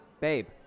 Babe